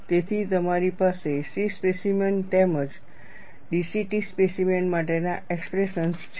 તેથી તમારી પાસે C સ્પેસીમેન તેમજ DCT સ્પેસીમેન માટેના એક્સપ્રેશન્સ છે